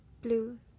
blue